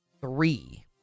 three